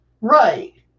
Right